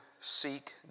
seek